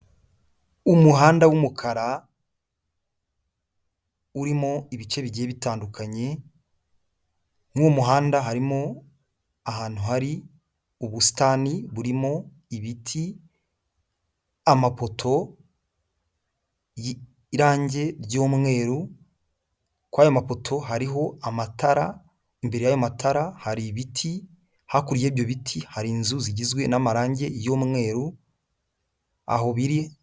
Umuhanda w'umukara urimo ibice bigiye bitandukanye, muri uwo muhanda harimo ahantu hari ubusitani burimo ibiti, amapoto, y'irangi ry'umweru, kuri ayo mapoto hariho amatara, mbere y'ayo matara hari ibiti, hakurya y'ibyo biti hari inzu zigizwe n'amarangi y'umweru aho biri.